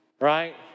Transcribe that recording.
Right